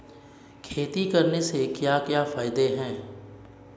खेती करने से क्या क्या फायदे हैं?